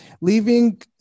leaving